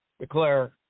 declare